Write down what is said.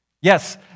Yes